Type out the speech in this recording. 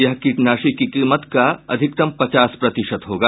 यह कीटनाशी की कीमत का अधिकतम पचास प्रतिशत होगा